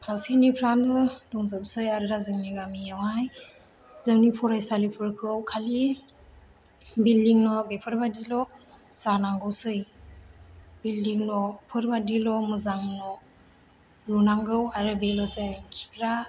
फार्सेनिफ्रायबो दंजोबसै आरो दा जोंनि गामियावहाय जोंनि फरायसालिफोरखौ खालि बिल्दिं न' बेफोरबायदिल' जानांगौसै बिल्दिं न'फोरबादिल' मोजां न' लुनांगौ आरो बेल'सै खिग्रा